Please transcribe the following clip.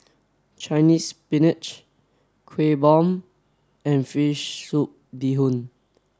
Chinese Spinach Kueh Bom and Fish Soup Bee Hoon